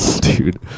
Dude